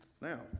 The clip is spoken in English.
Now